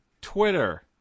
Twitter